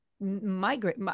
migrate